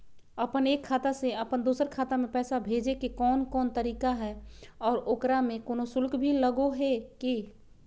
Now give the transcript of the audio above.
अपन एक खाता से अपन दोसर खाता में पैसा भेजे के कौन कौन तरीका है और ओकरा में कोनो शुक्ल भी लगो है की?